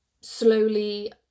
slowly